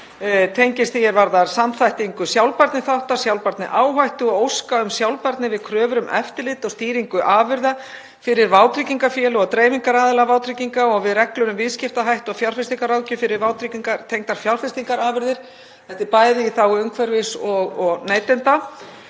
tengjast samþættingu sjálfbærniþátta, sjálfbærniáhættu og óska um sjálfbærni við kröfur um eftirlit og stýringu afurða fyrir vátryggingafélög og dreifingaraðila vátrygginga og við reglur um viðskiptahætti og fjárfestingarráðgjöf fyrir vátryggingatengdar fjárfestingarafurðir. Þetta er bæði í þágu umhverfis og neytenda.